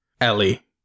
Ellie